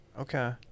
Okay